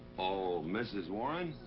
oh, mrs. warren?